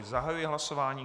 Zahajuji hlasování.